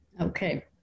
Okay